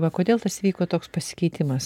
va kodėl tas vyko toks pasikeitimas